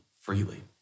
freely